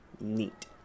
neat